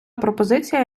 пропозиція